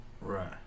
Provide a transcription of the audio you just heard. Right